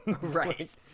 right